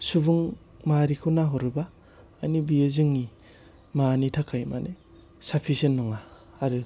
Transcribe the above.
सुबुं माहारिखौ नाहरोबा माने बेयो जोंनि मानि थाखाय माने साफिसियेन्थ नङा आरो